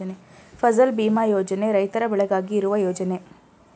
ಫಸಲ್ ಭೀಮಾ ಯೋಜನೆ ರೈತರ ಬೆಳೆಗಾಗಿ ಇರುವ ಯೋಜನೆ